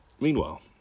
Meanwhile